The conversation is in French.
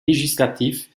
législatifs